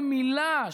של מילה,